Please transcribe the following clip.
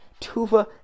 Tuva